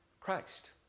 Christ